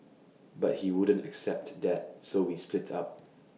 but he wouldn't accept that so we split up